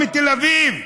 אביב,